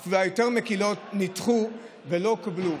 אולי אפילו היותר-מקילות, נדחו ולא התקבלו.